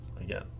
Again